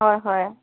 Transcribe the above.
হয় হয়